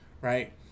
right